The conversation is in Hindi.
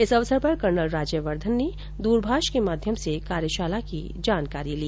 इस अवसर पर कर्नल राज्यवर्धन ने दूरभाष के माध्यम से कार्यशाला की जानकारी ली